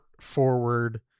forward